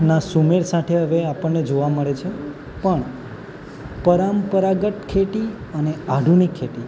ના સુમેળ સાથે હવે આપણને જોવા મળે છે પણ પરંપરાગત ખેતી અને આધુનિક ખેતી